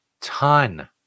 ton